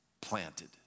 planted